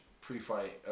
pre-fight